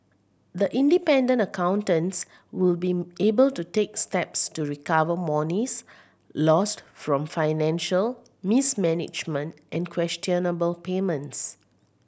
the independent accountants will be able to take steps to recover monies lost from financial mismanagement and questionable payments